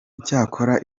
icyakora